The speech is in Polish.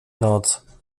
noc